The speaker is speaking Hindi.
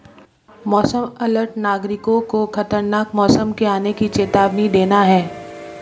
मौसम अलर्ट नागरिकों को खतरनाक मौसम के आने की चेतावनी देना है